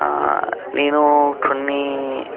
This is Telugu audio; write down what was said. నేనూ కొన్నీ